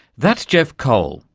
that's jeff cole.